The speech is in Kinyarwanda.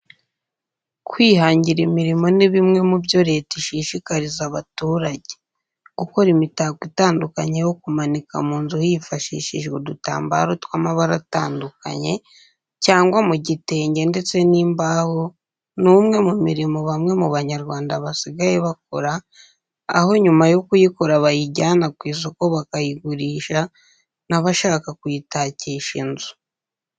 Kwihangira imirimo ni bimwe mu byo Leta ishishikariza abaturage. Gukora imitako itandukanye yo kumanika mu nzu hifashishijwe udutambaro tw'amabara atandukanye cyangwa mu gitenge ndetse n'imbaho ni umwe mu mirimo bamwe mu banyarwanda basigaye bakora, aho nyuma yo kuyikora bayijyana ku isoko bakayigurisha n'abashaka kuyitakisha inzu.